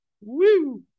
Woo